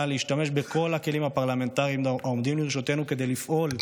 להשתמש בכל הכלים הפרלמנטריים העומדים לרשותנו כדי לפעול,